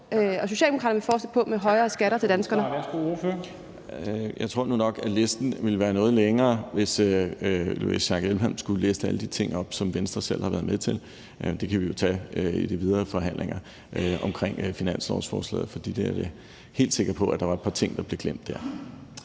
til ordføreren. Kl. 10:05 Benny Engelbrecht (S): Jeg tror nu nok, at listen ville være noget længere, hvis fru Louise Schack Elholm skulle liste alle de ting op, som Venstre selv har været med til, men det kan vi jo tage i de videre forhandlinger omkring finanslovsforslaget. For jeg er helt sikker på, at der var et par ting der, som blev glemt.